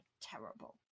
terrible